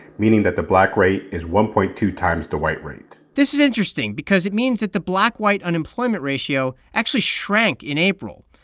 meaning that the black rate is one point two times the white rate this is interesting because it means that the black-white unemployment ratio actually shrank in april.